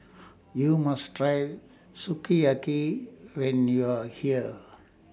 YOU must Try Sukiyaki when YOU Are here